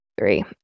Three